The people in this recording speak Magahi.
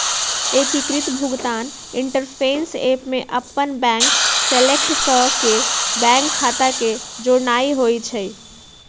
एकीकृत भुगतान इंटरफ़ेस ऐप में अप्पन बैंक सेलेक्ट क के बैंक खता के जोड़नाइ होइ छइ